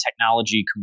technology